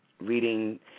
reading